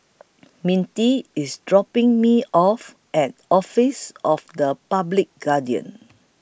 Mintie IS dropping Me off At Office of The Public Guardian